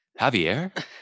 Javier